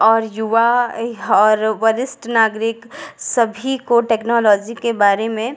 और युवा और वरिस्ट नागरिक सभी को टेक्नोलॉजी के बारे में